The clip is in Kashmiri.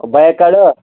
ہُو بایِک کَڈٕ ہو